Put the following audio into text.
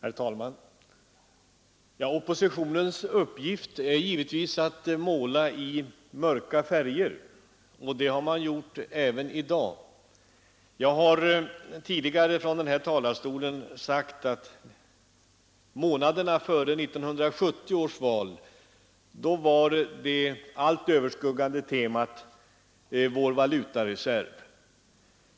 Herr talman! Oppositionens uppgift är givetvis att måla i mörka färger, och det har man gjort även i dag. Jag har tidigare från denna talarstol sagt att under månaderna före 1970 års val var det allt överskuggande temat vår valutareserv.